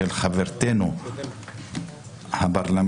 של חברתנו הפרלמנטרית